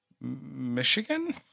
Michigan